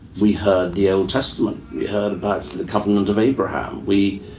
we heard the old testament, we heard about the covenant of abraham, we,